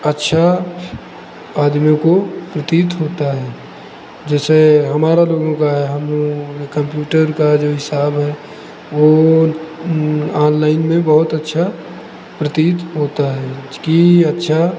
अच्छा आदमियों को प्रतीत होता है जैसे हमारा लोगों का है जैसे हमारा लोगों का है हम कंप्यूटर का जो हिसाब है वह ऑनलाइन में बहुत अच्छा प्रतीत होता है कि अच्छा